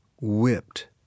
whipped